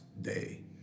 day